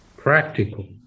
practical